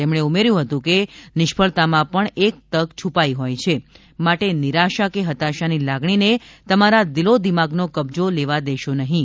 તેમણે ઉમેર્યું હતું કે નિષ્ફળતામાં પણ એક તક છુપાઈ હોય છે માટે નિરાશા કે હતાશાની લાગણીને તમારા દિલોદિમાગનો કબ્જો લેવા દેશો નહીં